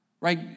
right